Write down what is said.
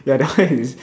ya that one is